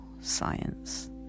science